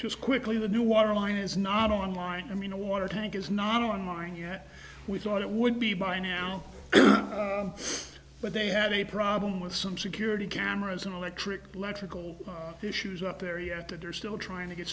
just quickly the new water line is not online i mean a water tank is not online yet we thought it would be by now but they had a problem with some security cameras and electric electrical issues up there yet that they're still trying to get